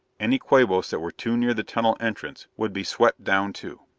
any quabos that were too near the tunnel entrance would be swept down too.